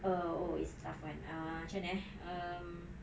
uh oh it's a tough one err macam mana eh err